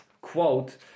quote